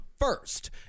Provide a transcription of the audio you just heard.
first